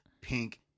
Pink